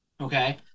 Okay